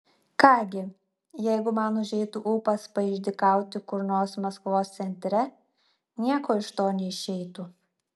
ką gi jeigu man užeitų ūpas paišdykauti kur nors maskvos centre nieko iš to neišeitų